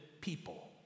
people